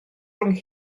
rhwng